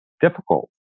difficult